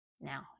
now